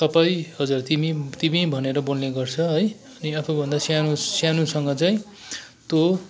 तपाईँ हजुर तिमी तिमी भनेर बोल्ने गर्छ है अनि आफूभन्दा सानो सानोसँग चाहिँ तँ